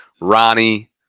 Ronnie